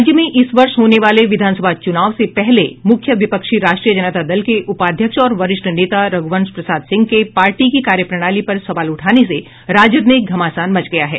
राज्य में इस वर्ष होने वाले विधानसभा चुनाव से पहले मुख्य विपक्षी राष्ट्रीय जनता दल के उपाध्यक्ष और वरिष्ठ नेता रघुवंश प्रसाद सिंह के पार्टी की कार्यप्रणाली पर सवाल उठाने से राजद में घमासान मच गया है